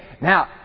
Now